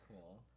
cool